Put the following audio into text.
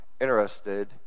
interested